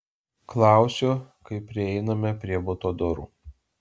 klausiu kai prieiname prie buto durų